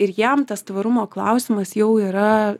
ir jiem tas tvarumo klausimas jau yra